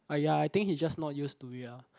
!aiya! I think he just not used to it lah